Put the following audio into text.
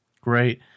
Great